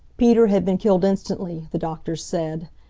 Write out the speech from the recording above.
peter had been killed instantly, the doctors said.